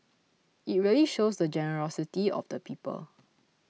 it really shows the generosity of the people